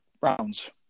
rounds